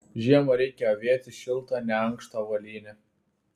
žiemą reikia avėti šiltą neankštą avalynę